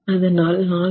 அதனால் 4